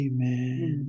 Amen